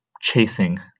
chasing